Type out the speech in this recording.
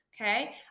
Okay